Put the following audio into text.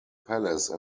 palace